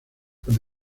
con